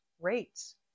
rates